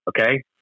okay